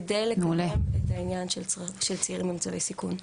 כדי לקדם את העניין של צעירים במצבי סיכון.